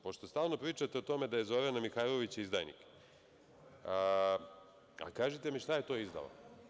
Pošto stalno pričate o tome da je Zorana Mihajlović izdajnik, kažite mi šta je to izdala?